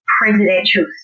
presidential